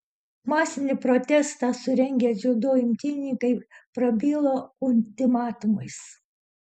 masinį protestą surengę dziudo imtynininkai prabilo ultimatumais